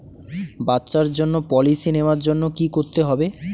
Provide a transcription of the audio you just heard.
বাচ্চার জন্য পলিসি নেওয়ার জন্য কি করতে হবে?